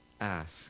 Ask